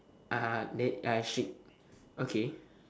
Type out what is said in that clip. ah there ya she okay